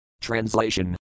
Translation